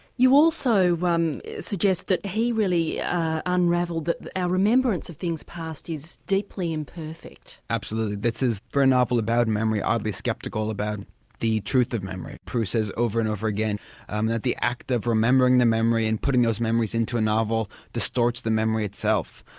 you also um suggest that he really unravelled that our ah remembrance of things past is deeply imperfect. absolutely, this is for a novel about memory oddly sceptical about the truth of memory. proust says over and over again um that the act of remembering the memory and putting those memories into a novel distorts the memory itself.